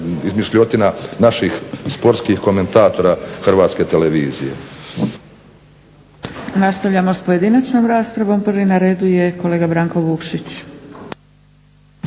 izmišljotina naših sportskih komentatora HRT-a. **Zgrebec, Dragica (SDP)** Nastavljamo s pojedinačnom raspravom. Prvi na redu je kolega Branko Vukšić.